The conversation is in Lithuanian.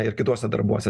ir kituose darbuose